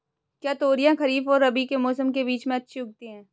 क्या तोरियां खरीफ और रबी के मौसम के बीच में अच्छी उगती हैं?